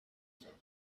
the